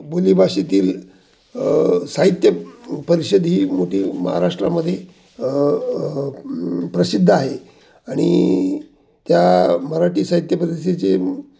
बोली भाषेतील साहित्य परिषद ही मोठी महाराष्ट्रामध्ये प्रसिद्ध आहे आणि त्या मराठी साहित्य परिषदेचे